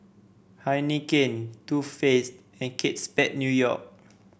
Heinekein Too Faced and Kate Spade New York